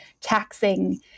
taxing